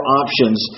options